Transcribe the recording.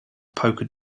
polka